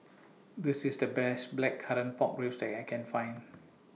This IS The Best Blackcurrant Pork Ribs that I Can Find